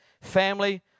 Family